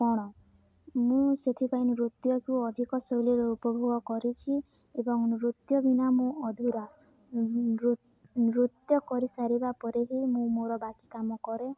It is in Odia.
କ'ଣ ମୁଁ ସେଥିପାଇଁ ନୃତ୍ୟକୁ ଅଧିକ ଶୈଳୀର ଉପଭୋଗ କରିଛି ଏବଂ ନୃତ୍ୟ ବିନା ମୁଁ ଅଧୁରା ନୃତ୍ୟ କରିସାରିବା ପରେ ହିଁ ମୁଁ ମୋର ବାକି କାମ କରେ